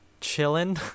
chilling